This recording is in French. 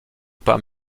pas